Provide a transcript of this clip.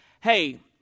Hey